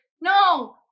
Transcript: No